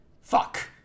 fuck